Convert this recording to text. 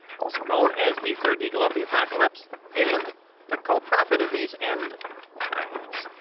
also known as the third eagle of the apocalypse and the co-prophet of these end times.